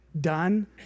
done